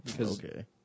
Okay